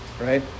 right